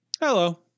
hello